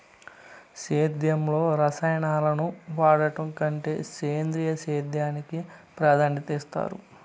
సేద్యంలో రసాయనాలను వాడడం కంటే సేంద్రియ సేద్యానికి ప్రాధాన్యత ఇస్తారు